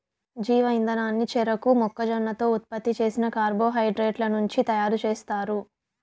జీవ ఇంధనాన్ని చెరకు, మొక్కజొన్నతో ఉత్పత్తి చేసిన కార్బోహైడ్రేట్ల నుంచి తయారుచేస్తారు